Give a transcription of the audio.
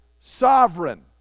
sovereign